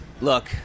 Look